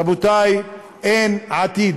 רבותי, אין עתיד,